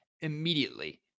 immediately